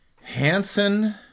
Hansen